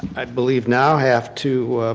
i believe now have to